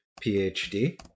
PhD